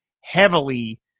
heavily